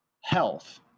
health